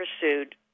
pursued